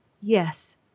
yes